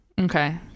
okay